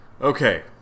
okay